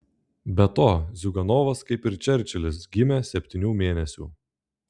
be to ziuganovas kaip ir čerčilis gimė septynių mėnesių